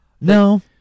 no